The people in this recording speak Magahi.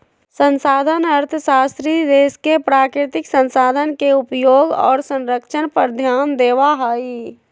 संसाधन अर्थशास्त्री देश के प्राकृतिक संसाधन के उपयोग और संरक्षण पर ध्यान देवा हई